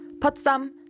Potsdam